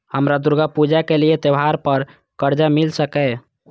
हमरा दुर्गा पूजा के लिए त्योहार पर कर्जा मिल सकय?